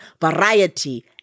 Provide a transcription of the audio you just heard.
variety